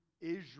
Israel